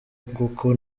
kuko